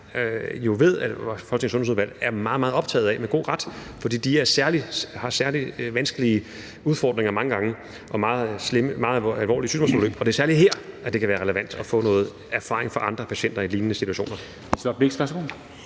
jo ved at Folketingets Sundhedsudvalg med god ret er meget, meget optaget af, fordi mennesker med sjældne diagnoser har særlig vanskelige udfordringer mange gange og meget alvorlige sygdomsforløb. Og det er særlig her, at det kan være relevant at få noget erfaring fra andre patienter i lignende situationer.